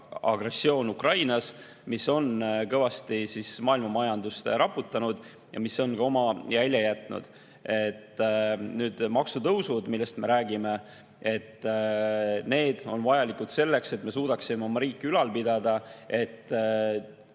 agressioon Ukrainas, mis on kõvasti maailma majandust raputanud ja mis on ka oma jälje jätnud. Maksutõusud, millest me räägime, on vajalikud selleks, et me suudaksime oma riiki ülal pidada, et